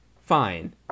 fine